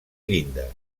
llindes